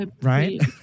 Right